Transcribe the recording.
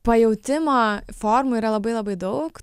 pajautimo formų yra labai labai daug